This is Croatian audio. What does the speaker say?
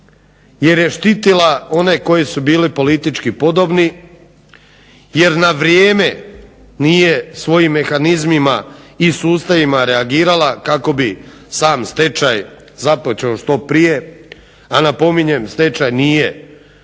jer je štitila one koji su bili politički podobni, jer na vrijeme nije svojim mehanizmima i sustavima reagirala kako bi sam stečaj započeo što prije, a napominjem stečaj nije niti